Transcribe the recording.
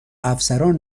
افسران